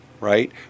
right